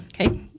Okay